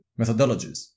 methodologies